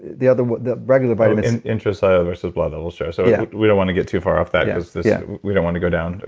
the other, the regular vitamin c intracellular supply level shows so yeah we don't want to get too far off that because yeah we don't want to go down. and